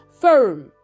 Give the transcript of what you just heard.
firm